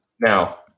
Now